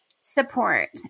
support